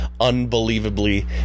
unbelievably